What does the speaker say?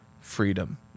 freedom